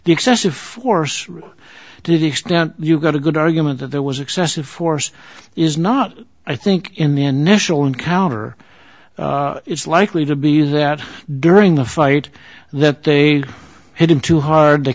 the excessive force to the extent you've got a good argument that there was excessive force is not i think in the initial encounter it's likely to be that during the fight that they had him too hard to